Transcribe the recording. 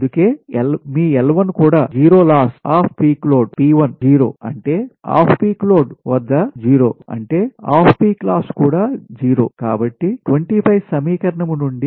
అంటే మీ L 1 కూడా 0 loss off peak load P 1 0 అంటే ఆఫ్ పీక్ లోడ్ వద్ద 0 అంటే ఆఫ్ పీక్ లాస్ కూడా 0 కాబట్టి 25 సమీకరణం నుండి 31